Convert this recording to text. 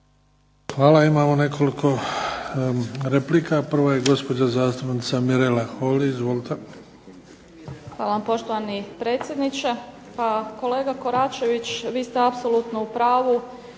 Hvala. Imamo nekoliko replika. Prvo je gospođa zastupnica Mirela Holy. Izvolite. **Holy, Mirela (SDP)** Hvala, poštovani predsjedniče. Pa kolega Koračević, vi ste apsolutno u pravu